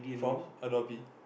from Adobe